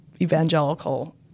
evangelical